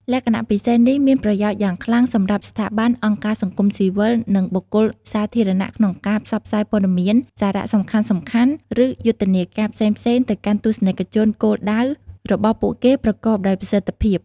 លក្ខណៈពិសេសនេះមានប្រយោជន៍យ៉ាងខ្លាំងសម្រាប់ស្ថាប័ន អង្គការសង្គមស៊ីវិល និងបុគ្គលសាធារណៈក្នុងការផ្សព្វផ្សាយព័ត៌មាន សារសំខាន់ៗ ឬយុទ្ធនាការផ្សេងៗទៅកាន់ទស្សនិកជនគោលដៅរបស់ពួកគេប្រកបដោយប្រសិទ្ធភាព។